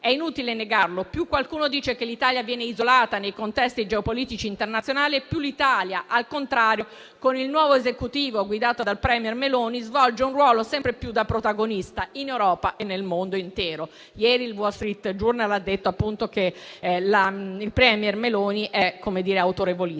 È inutile negarlo: più qualcuno dice che l'Italia viene isolata nei contesti geopolitici internazionali e più l'Italia, al contrario, con il nuovo Esecutivo guidato dal *premier* Meloni, svolge un ruolo sempre più da protagonista in Europa e nel mondo intero. Ieri il «Wall Street Journal» ha definito il *premier* Meloni autorevolissimo.